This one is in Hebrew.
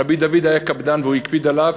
רבי דוד היה קפדן והוא הקפיד עליו,